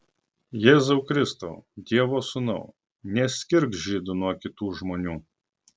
jėzau kristau dievo sūnau neskirk žydų nuo kitų žmonių